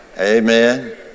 Amen